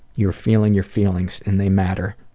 you're feeling your feelings, and they matter.